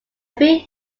few